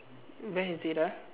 where is it ah